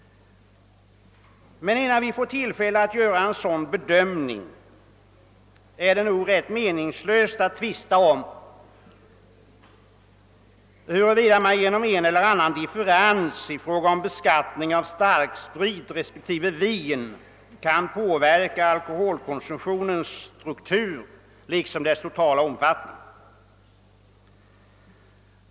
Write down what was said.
Men innan vi får tillfälle att göra en sådan bedömning är det ganska meningslöst att tvista om huruvida vi genom en eller annan differens i beskattningen av starksprit respektive vin kan påverka alkoholkonsumtionens struktur och dess totala omfattning.